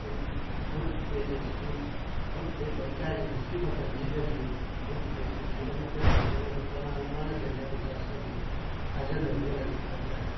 ꯑꯩꯈꯣꯏ ꯕꯨꯠ ꯄ꯭ꯔꯦꯛ ꯑꯁꯤꯁꯨ ꯕꯨꯠ ꯄ꯭ꯔꯦꯛ ꯂꯩ ꯀꯥꯏꯅ ꯍꯧꯖꯤꯛꯀꯤ ꯃꯇꯝꯁꯤꯗꯗꯤ ꯕꯨꯠ ꯄ꯭ꯔꯦꯛꯀꯗꯤ ꯑꯃꯠꯇ ꯂꯩꯇ꯭ꯔꯦꯅ ꯑꯗꯨ ꯀꯅꯥꯒꯨꯝꯕ ꯑꯃꯅꯗꯤ ꯑꯟꯗꯕꯤꯁꯋꯥꯁꯇ ꯑꯗꯨꯝ ꯊꯥꯖꯅꯔꯒ ꯂꯩꯕ ꯍꯥꯏꯇꯥꯔꯦ